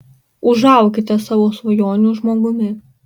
užaukite savo svajonių žmogumi